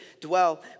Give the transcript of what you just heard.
dwell